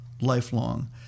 lifelong